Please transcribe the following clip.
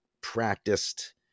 practiced